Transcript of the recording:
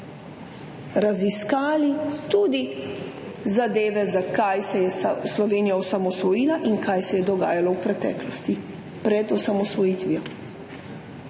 raziskali tudi zadeve, zakaj se je Slovenija osamosvojila in kaj se je dogajalo v preteklosti, pred osamosvojitvijo.